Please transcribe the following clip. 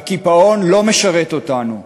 והקיפאון לא משרת אותנו.